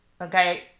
okay